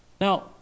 Now